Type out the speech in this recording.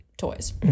Toys